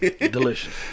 Delicious